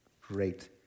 great